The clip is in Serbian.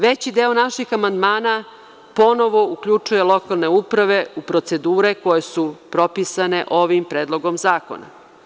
Veći deo naših amandmana ponovo uključuje lokalne uprave u procedure koje su propisane ovim predlogom zakona.